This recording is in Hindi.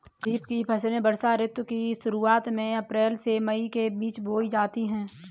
खरीफ की फसलें वर्षा ऋतु की शुरुआत में अप्रैल से मई के बीच बोई जाती हैं